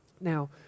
Now